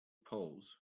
poles